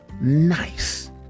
nice